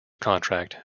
contract